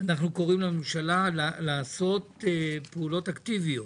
אנחנו קוראים לממשלה לעשות פעולות אקטיביות